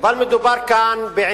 אתה נגד הקונסנזוס.